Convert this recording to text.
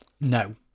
No